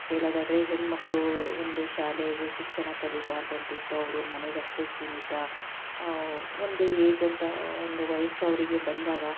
ಹೇಳೋದಾದ್ರೆ ಹೆಣ್ಣುಮಕ್ಳು ಒಂದು ಶಾಲೆಗೆ ಶಿಕ್ಷಣ ಕಲೀಬಾರ್ದು ಅಂತ ಇತ್ತು ಅವರು ಮನೆಗಷ್ಟೇ ಸೀಮಿತ ಒಂದು ಏಜ್ ಅಂತ ಒಂದು ವಯಸ್ಸು ಅವರಿಗೆ ಬಂದಾಗ